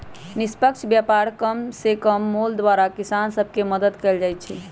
निष्पक्ष व्यापार कम से कम मोल द्वारा किसान सभ के मदद कयल जाइ छै